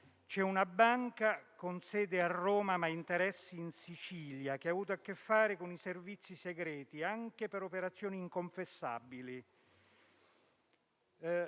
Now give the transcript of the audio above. C'è una banca, con sede a Roma ma interessi in Sicilia, che ha avuto a che fare con i servizi segreti, anche per operazioni inconfessabili.